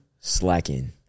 slacking